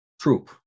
troop